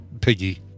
Piggy